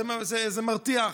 זה מרתיח.